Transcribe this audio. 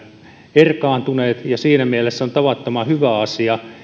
erkaantuneet ja siinä mielessä on tavattoman hyvä asia